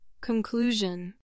Conclusion